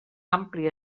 ampli